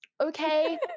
okay